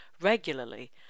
regularly